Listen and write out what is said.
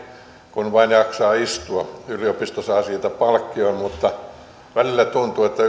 kun vain jaksaa istua yliopisto saa siitä palkkion mutta välillä tuntuu että